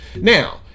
Now